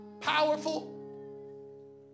powerful